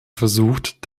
versucht